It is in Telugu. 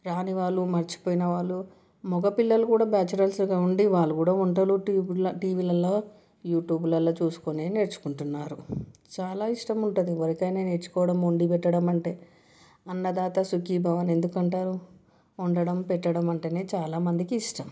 రాని వాళ్లు మర్చిపోయిన వాళ్ళు మగపిల్లలు కూడా బ్యాచిలర్స్గా ఉండి వాళ్ళు కూడా వంటలు టీబీ టీవీలల్లో యూట్యూబ్లల్లో చూసుకునే నేర్చుకుంటున్నారు చాలా ఇష్టం ఉంటుంది ఎవరికైనా నేర్చుకోవడం వండిపెట్టడం అంటే అన్నదాత సుఖీభవ అని ఎందుకు అంటారు వండడం పెట్టడం అంటే చాలామందికి ఇష్టం